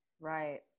right